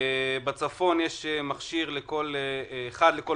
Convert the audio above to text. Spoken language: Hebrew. בצפון יש מכשיר אחד לכל